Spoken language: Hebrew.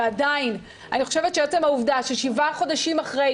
ועדיין אני חושבת שעצם העובדה ששבעה חודשים אחרי